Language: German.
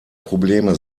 probleme